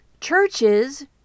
churches